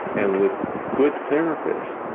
and with good therapists,